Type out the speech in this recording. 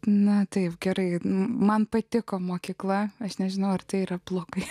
na taip gerai man patiko mokykla aš nežinau ar tai yra blogai